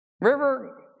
River